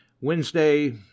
Wednesday